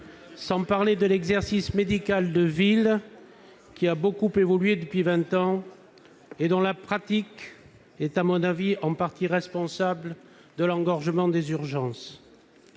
sans parler de l'exercice médical de ville, qui a beaucoup évolué depuis vingt ans et dont la pratique est, à mon avis, en partie responsable de l'engorgement des urgences.